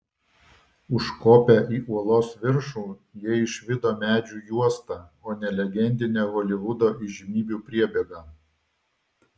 užkopę į uolos viršų jie išvydo medžių juostą o ne legendinę holivudo įžymybių priebėgą